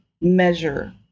measure